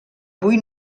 avui